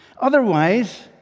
Otherwise